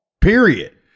period